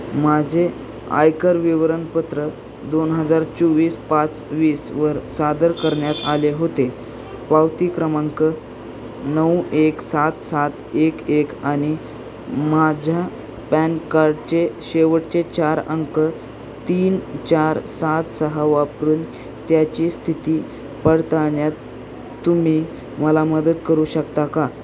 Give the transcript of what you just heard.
माझे आयकर विवरणपत्र दोन हजार चोवीस पाच वीसवर सादर करण्यात आले होते पावती क्रमांक नऊ एक सात सात एक एक आणि माझ्या पॅन कार्डचे शेवटचे चार अंक तीन चार सात सहा वापरून त्याची स्थिती पडताळण्यात तुम्ही मला मदत करू शकता का